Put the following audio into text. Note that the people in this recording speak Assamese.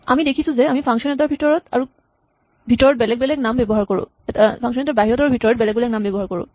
আমি দেখিছো যে আমি ফাংচন এটাৰ বাহিৰত আৰু ভিতৰত বেলেগ বেলেগ নাম ব্যৱহাৰ কৰোঁ